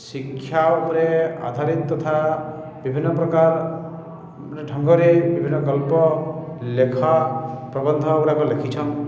ଶିକ୍ଷା ଉପରେ ଆଧାରିତ ତଥା ବିଭିନ୍ନପ୍ରକାର ଢଙ୍ଗରେ ବିଭିନ୍ନ ଗଳ୍ପ ଲେଖା ପ୍ରବନ୍ଧଗୁଡ଼ାକ ଲେଖିଛନ୍